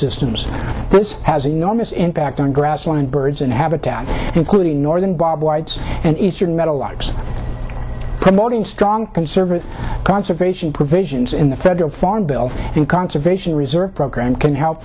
systems this has enormous impact on grassland birds and habitat including northern bobwhite and eastern med alikes promoting strong conservative conservation provisions in the federal farm bill and conservation reserve program can help